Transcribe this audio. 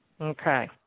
Okay